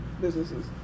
businesses